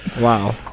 wow